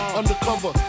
undercover